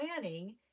planning